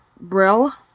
Brill